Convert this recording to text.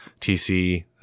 tc